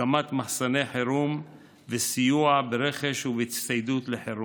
הקמת מחסני חירום וסיוע ברכש ובהצטיידות לחירום.